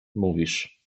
mówisz